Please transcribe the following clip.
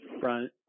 Front